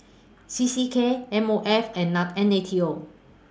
C C K M O F and N A T O